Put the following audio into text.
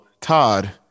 Todd